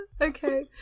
Okay